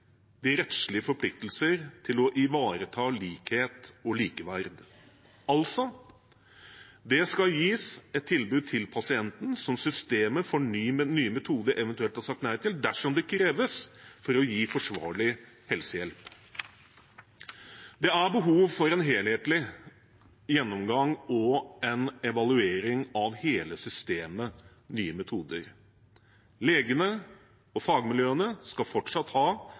de rettslige forpliktelser til å ivareta likhet og likeverd. Altså: Det skal gis et tilbud til pasienten som systemet for nye metoder eventuelt har sagt nei til, dersom det kreves for å gi forsvarlig helsehjelp. Det er behov for en helhetlig gjennomgang og evaluering av hele systemet Nye metoder. Legene og fagmiljøene skal fortsatt ha